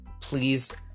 Please